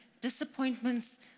disappointments